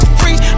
free